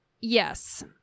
Yes